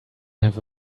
have